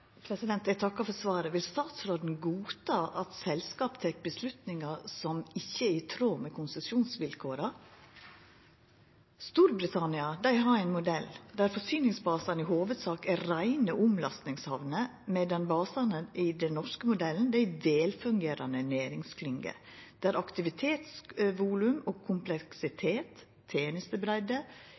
Eg takkar for svaret. Vil statsråden godta at selskap tek avgjerder som ikkje er i tråd med konsesjonsvilkåra? Storbritannia har ein modell der forsyningsbasane i hovudsak er reine omlastingshamner, medan basane i den norske modellen er velfungerande næringsklynger der aktivitetsvolum, kompleksitet og